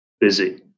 busy